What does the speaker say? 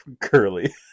curly